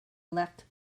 left